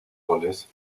goles